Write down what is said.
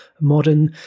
modern